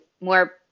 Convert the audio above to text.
more